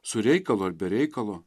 su reikalu ar be reikalo